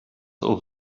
auf